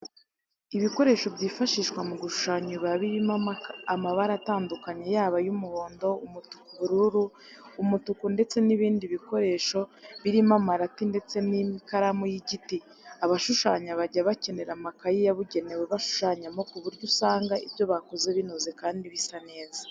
Ibikoresho byifashishwa mu gushushanya biba birimo amabara atandukanye yaba ay'umuhondo, umutuku, ubururu, umutuku ndetse n'ibindi bikoresho birimo amarati ndetse n'ikaramu y'igiti. Abashushanya bajya bakenera n'amakayi yabugenewe bashushanyamo ku buryo usanga ibyo bakoze binoze kandi bisa neza.